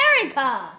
America